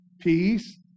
peace